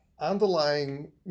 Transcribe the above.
underlying